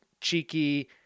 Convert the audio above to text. cheeky